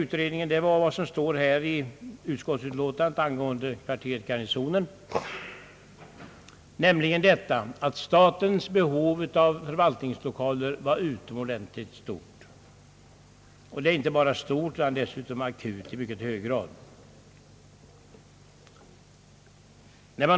Utredningen var av samma uppfattning som utskottet vad gäller kvarteret Garnisonen, nämligen att statens behov av förvaltningslokaler är utomordentligt stort. Det är inte bara stort utan dessutom i mycket hög grad akut.